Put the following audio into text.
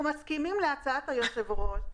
אנחנו מסכימים להצעת היושב-ראש,